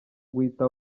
guhita